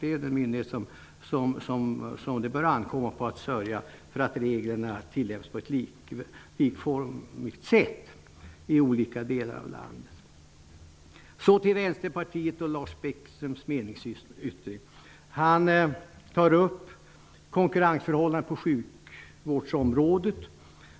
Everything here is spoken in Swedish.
Det är den myndighet som det bör ankomma på att sörja för att reglerna tillämpas på ett likformigt sätt i olika delar av landet. Så till vänsterpartiets och Lars Bäckströms meningsyttring. Han tar upp konkurrensförhållandena på sjukvårdsområdet.